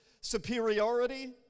Superiority